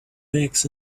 bags